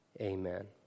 amen